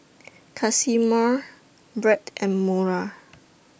Casimir Bret and Mora